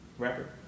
rapper